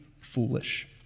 foolish